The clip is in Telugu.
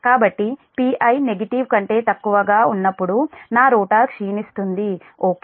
కాబట్టి Pi నెగిటివ్ కంటే తక్కువ గా ఉన్నప్పుడు నా రోటర్ క్షీణిస్తుంది ఓకే